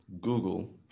google